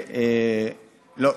לא,